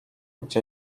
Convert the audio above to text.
gdzie